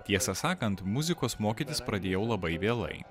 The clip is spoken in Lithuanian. tiesą sakant muzikos mokytis pradėjau labai vėlai